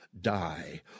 die